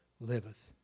liveth